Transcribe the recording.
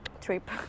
trip